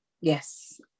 yes